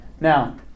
Now